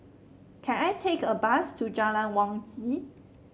can I take a bus to Jalan Wangi